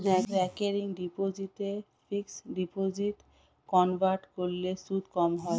recurring deposit fixed ডিপোজিটে convert করলে সুদ কম হয়